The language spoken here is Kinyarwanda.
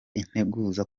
integuza